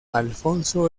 alfonso